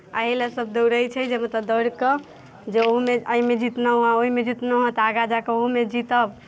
एहि लेल सभ दौड़ैत छै जे मतलब दौड़ि कऽ जे ओ एहिमे जितलहुँ हेँ ओहिमे जितलहुँ हेँ तऽ आगाँ जा कऽ ओहूमे जीतब